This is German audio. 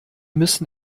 müssen